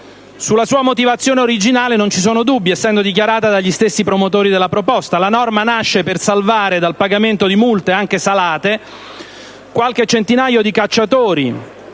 Sulla sua motivazione originale non ci sono dubbi, essendo dichiarata dagli stessi promotori della proposta. La norma nasce per salvare dal pagamento di multe anche salate qualche centinaio di cacciatori,